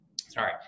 sorry